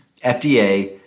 FDA